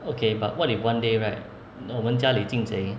okay but what if one day right 我们家里进贼